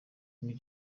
king